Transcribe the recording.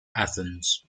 athens